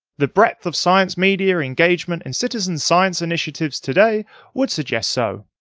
the breadth of science media, engagement and citizen science initiatives today would suggest so.